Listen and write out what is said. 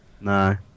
No